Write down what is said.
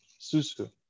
Susu